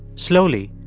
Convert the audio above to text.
slowly,